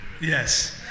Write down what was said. Yes